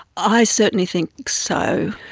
i certainly think so.